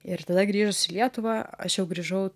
ir tada grįžus į lietuvą aš jau grįžau